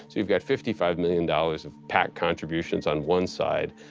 so youive got fifty five million dollars of pac contributions on one side,